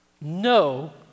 no